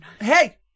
Hey